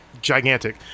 gigantic